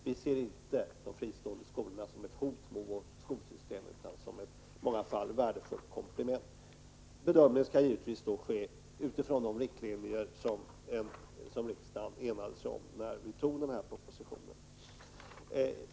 Vi ser inte de fristående skolorna som ett hot mot vårt skolsystem utan som ett komplement. Bedömningen skall göras utifrån de riktlinjer som riksdagen enades om när vi tog propositionen.